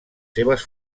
seves